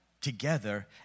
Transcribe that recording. together